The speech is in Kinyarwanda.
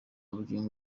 bugingo